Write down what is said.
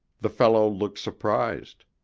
the fellow looked surprised.